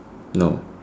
no